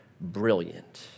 brilliant